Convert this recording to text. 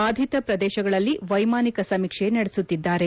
ಬಾಧಿತ ಪ್ರದೇಶಗಳಲ್ಲಿ ವೈಮಾನಿಕ ಸಮೀಕ್ಷೆ ನಡೆಸುತ್ತಿದ್ದಾರೆ